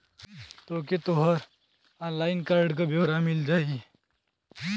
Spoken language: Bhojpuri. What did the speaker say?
तोके तोहर ऑनलाइन कार्ड क ब्योरा मिल जाई